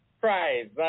prize